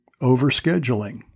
over-scheduling